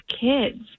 kids